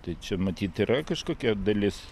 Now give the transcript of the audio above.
tai čia matyt yra kažkokia dalis